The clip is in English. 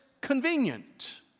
convenient